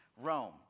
Rome